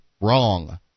wrong